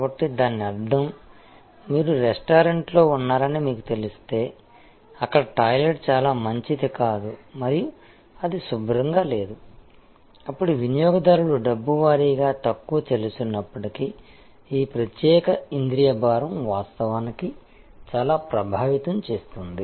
కాబట్టి దాని అర్థం మీరు రెస్టారెంట్లో ఉన్నారని మీకు తెలిస్తే అక్కడ టాయిలెట్ చాలా మంచిది కాదు మరియు అది శుభ్రంగా లేదు అప్పుడు వినియోగదారులు డబ్బు వారీగా తక్కువ చెల్లిస్తున్నప్పటికీఈ ప్రత్యేక ఇంద్రియ భారం వాస్తవానికి చాలా ప్రభావితం చేస్తుంది